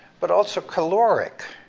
but also caloric,